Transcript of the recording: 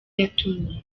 yatumwe